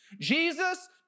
Jesus